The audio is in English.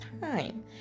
time